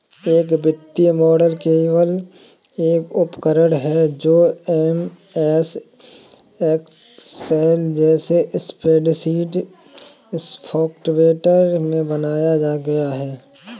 एक वित्तीय मॉडल केवल एक उपकरण है जो एमएस एक्सेल जैसे स्प्रेडशीट सॉफ़्टवेयर में बनाया गया है